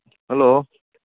hello